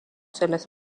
selles